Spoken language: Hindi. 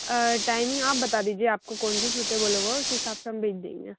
टाइमिंग आप बता दीजिए आपको कौन सा सूटेबल होगा उस हिसाब से हम भेज देंगे